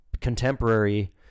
contemporary